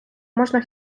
можна